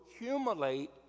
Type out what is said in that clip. accumulate